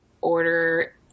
order